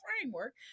framework